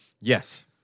Yes